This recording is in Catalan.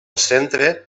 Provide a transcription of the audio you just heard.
centre